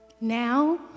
Now